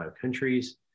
countries